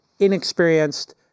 inexperienced